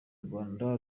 rwanda